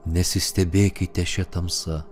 nesistebėkite šia tamsa